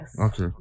okay